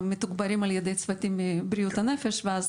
הם מתוגברים על ידי צוותים מבריאות הנפש ואז